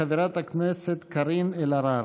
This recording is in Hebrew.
חברת הכנסת קארין אלהרר.